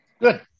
Good